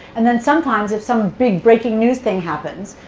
and then sometimes if some big breaking news thing happens,